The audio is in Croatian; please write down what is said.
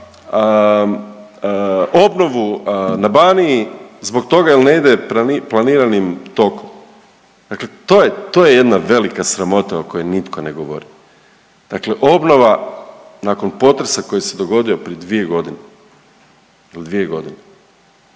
obnovu na Baniji zbog toga jel ne ide planiranim tokom, dakle to je, to je jedna velika sramota o kojoj nitko ne govori, dakle obnova nakon potresa koji se dogodio prije 2.g., 2.g. ne da ne